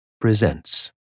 presents